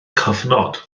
cyfnod